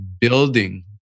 building